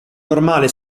normale